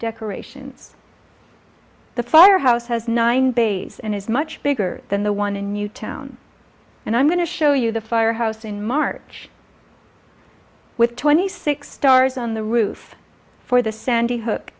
decorations the firehouse has nine bays and is much bigger than the one in newtown and i'm going to show you the firehouse in march with twenty six stars on the roof for the sandy hook